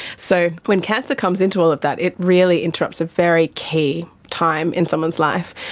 so when cancer comes into all of that it really interrupts a very key time in someone's life.